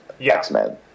X-Men